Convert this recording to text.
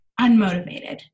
unmotivated